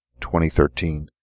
2013